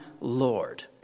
Lord